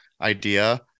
idea